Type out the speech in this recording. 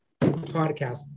podcast